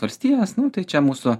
valstijas nu tai čia mūsų